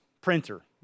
printer